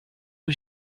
aux